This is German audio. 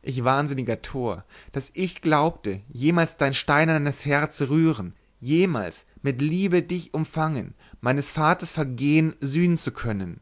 ich wahnsinniger tor daß ich glaubte jemals dein steinernes herz rühren jemals mit liebe dich umfangene meines vaters vergehen sühnen zu können